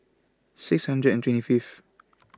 six hundred and twenty fifth